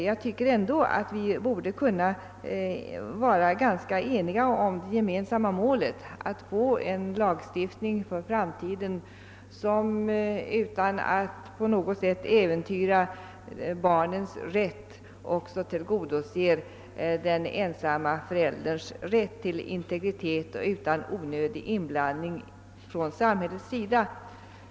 Jag tycker att vi borde kunna vara ganska eniga om det gemensamma målet: att få till stånd en lagstiftning som för framtiden utan att på något sätt äventyra barnets rätt också tillgodoser den ensamma förälderns rätt till integritet utan onödig inblandning från samhällets sida.